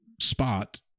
spot